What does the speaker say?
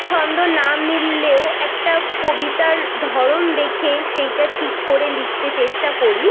ছন্দ না মিললেও একটা কবিতার ধরন দেখে সেইটা ঠিক করে লিখতে চেষ্টা করি